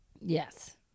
Yes